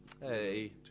Hey